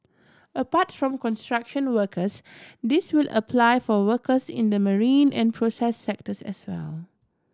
apart from construction workers this will apply for workers in the marine and process sectors as well